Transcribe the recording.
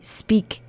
speak